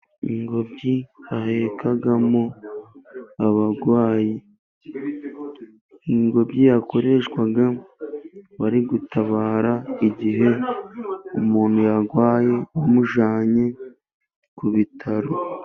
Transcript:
Ingobyi bahekagamo abarwayi, ingobyi yakoreshwaga bari gutabara igihe umuntu yarwaye bamujyanye ku bitaro.